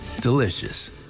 delicious